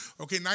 Okay